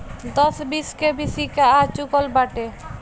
दस बीस के भी सिक्का आ चूकल बाटे